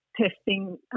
testing